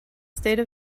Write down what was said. state